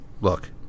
Look